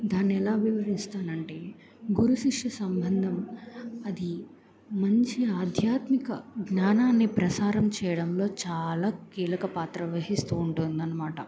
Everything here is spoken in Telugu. దాన్ని ఎలా వివరిస్తానంటే గురు శిష్య సంబంధం అది మంచి ఆధ్యాత్మిక జ్ఞానాన్ని ప్రసారం చేయడంలో చాలా కీలక పాత్ర వహిస్తూ ఉంటుందనమాట